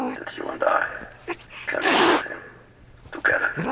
that you and i can listen to him together.